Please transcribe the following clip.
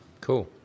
Cool